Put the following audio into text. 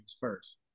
first